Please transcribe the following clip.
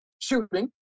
shooting